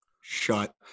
shut